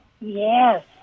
Yes